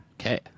okay